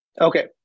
Okay